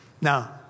Now